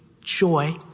joy